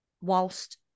whilst